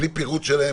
בלי פירוט שלהם,